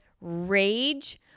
rage